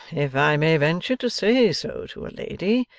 if i may venture to say so to a lady,